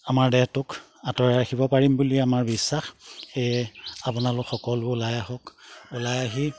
আমাৰ দেহটোক আঁতৰাই ৰাখিব পাৰিম বুলি আমাৰ বিশ্বাস সেয়ে আপোনালোক সকলো ওলাই আহক ওলাই আহি